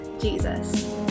Jesus